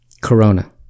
Corona